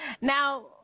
Now